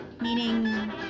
meaning